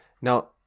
Now